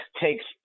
takes